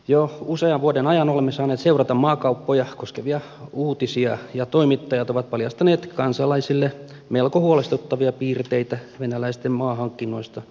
jo usean vuoden ajan olemme saaneet seurata maakauppoja koskevia uutisia ja toimittajat ovat paljastaneet kansalaisille melko huolestuttavia piirteitä venäläisten maahankinnoista suomessa